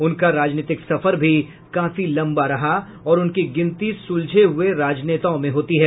उनका राजनीति सफर भी काफी लंबा रहा और उनकी गिनती सुलझे हुए राजनेताओं में होती है